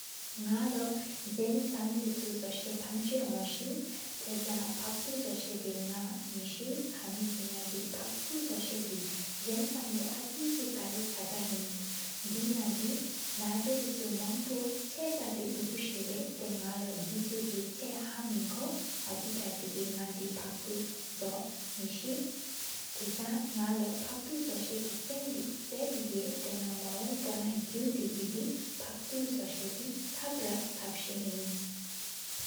ནག་ལོ་ཟན་སམ་དེ་བཅུ་བཞེས་ཐམ་ཅ་ཧུན་སེ། དེ་ཟང་ཕག་ཏུ་བཞེས་དེ་ནག་མེད་ཤེ་། ཁ་མི་ཤེ་ན་དེ་ཕག་ཏུ་བཞེས་དེ། ཟན་སམ་ལེ་ཨ་ཆེ་གཅིག་ཀ་ལ་ཆ་ཏག་ཨིན། དེ་ནང་དེ་ནང་བཅུ་མང་པོ། ཚག་ཏག་ཏེ་ལུ་ཀུ་ཤ་བཡེ། ཏཱ་ནག་ལོ་བཅུ་གི་ཚག་ཧ་མིན་ཁོ། ཨོ་དེ་ཕྱ་ཏེ་གི་ནག་ལོ་ཕག་ཏུ་གོ་མེད་ཤེ། དེ་བཟང་ནག་ཏ་ཕག་ཏུ་བཞེས་གི་སེམས་དེ་ལྷབ་ཧེ། ཏཱ་ནག་མཧོང་པ་ན་གུ་ཏེ་གི་ཕག་ཏུ་བཞེས་དེ་ལྷབ་ར་ལྷབ་སེ།